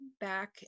back